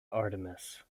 artemis